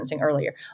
earlier